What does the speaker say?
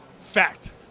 Fact